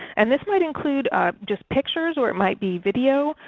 and this might include just pictures, or it might be video,